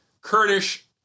Kurdish